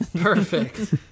Perfect